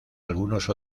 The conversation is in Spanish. algunos